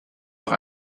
noch